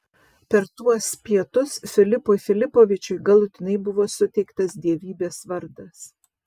per tuos pietus filipui filipovičiui galutinai buvo suteiktas dievybės vardas